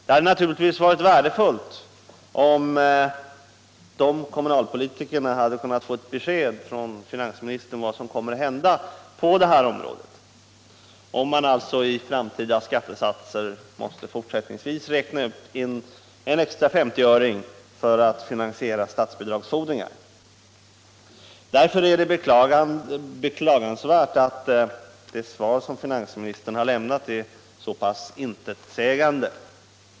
Det hade naturligtvis varit värdefullt om de kommunalpolitikerna hade kunnat få ett besked från finansministern om vad som kommer att hända på det här området — om man i framtida skattesatser fortsättningsvis måste räkna in en extra 50-öring för att finansiera statsbidragsfordringar. Därför är det beklagligt att det svar som finansministern lämnat är så pass intetsägande.